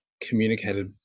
communicated